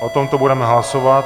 O tomto budeme hlasovat.